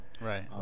Right